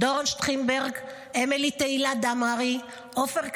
דורון שטיינברכר, אמילי תהילה דמארי, עופר קלדרון,